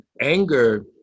anger